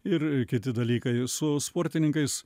ir kiti dalykai su sportininkais